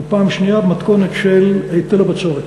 ופעם שנייה במתכונת של היטל הבצורת.